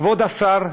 כבוד השרים